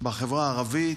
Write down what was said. בחברה הערבית,